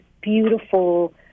beautiful